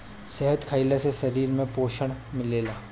शहद खइला से शरीर में पोषण मिलेला